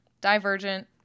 divergent